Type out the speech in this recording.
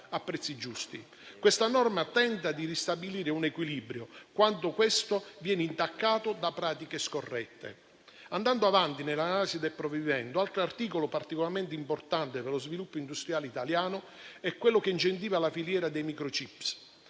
a prezzi giusti. Questa norma tenta di ristabilire un equilibrio quando questo viene intaccato da pratiche scorrette. Andando avanti nell'analisi del provvedimento, altro articolo particolarmente importante per lo sviluppo industriale italiano è quello che incentiva la filiera dei *microchip.*